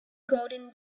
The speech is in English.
golden